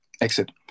exit